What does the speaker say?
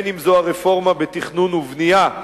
אם הרפורמה בתכנון ובנייה,